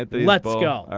let's go.